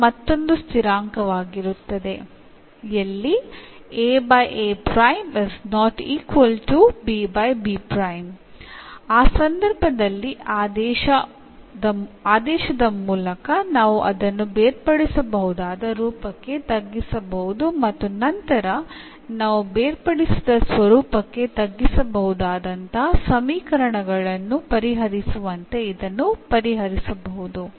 ಇದು ಮತ್ತೊಂದು ಸ್ಥಿರಾಂಕವಾಗಿರುತ್ತದೆ ಎಲ್ಲಿ ಆ ಸಂದರ್ಭದಲ್ಲಿ ಆದೇಶದ ಮೂಲಕ ನಾವು ಅದನ್ನು ಬೇರ್ಪಡಿಸಬಹುದಾದ ರೂಪಕ್ಕೆ ತಗ್ಗಿಸಬಹುದು ಮತ್ತು ನಂತರ ನಾವು ಬೇರ್ಪಡಿಸಿದ ಸ್ವರೂಪಕ್ಕೆ ತಗ್ಗಿಸಬಹುದಾದಂತಹ ಸಮೀಕರಣಗಳನ್ನು ಪರಿಹರಿಸುವಂತೆ ಇದನ್ನು ಪರಿಹರಿಸಬಹುದು